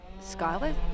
Scarlet